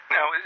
Now